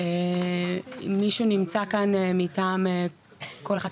מישהו נמצא כאן מטעם כל אחת